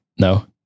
No